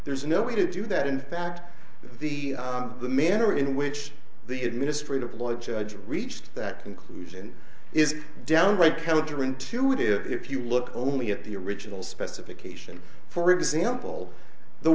there's no way to do that in fact the manner in which the administrative law judge reached that conclusion is downright counter intuitive if you look only at the original specification for example the